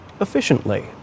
efficiently